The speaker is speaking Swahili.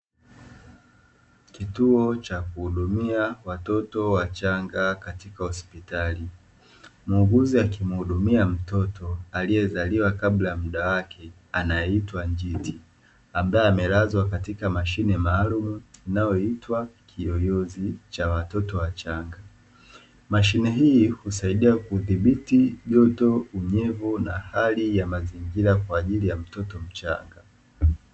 Kituo cha kuhudumia watoto wachanga katika hospitali. Muuguzi akimuhudumia mtoto aliyezaliwa kabla ya muda wake anayeitwa njiti ambaye amelazwa katika mashine maalumu inayoitwa kiyoyozi cha watoto wachanga. Mashine hii husaidia kudhibiti joto, unyevu na hali ya mazingira kwa ajili ya mtoto mchanga.